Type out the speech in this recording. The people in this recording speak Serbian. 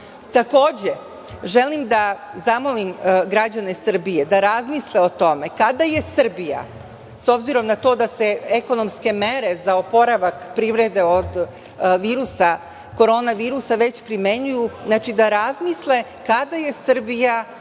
vlasti. Takođe, želim da zamolim građane Srbije da razmisle o tome kada je Srbije, s obzirom na to da se ekonomske mere za oporavak privrede od virusa Koronavirusa već primenjuju, znači da razmisle kada je Srbija